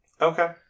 Okay